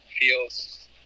feels